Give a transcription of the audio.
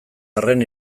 arren